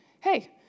Hey